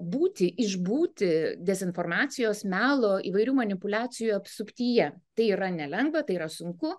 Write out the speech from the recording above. būti išbūti dezinformacijos melo įvairių manipuliacijų apsuptyje tai yra nelengva tai yra sunku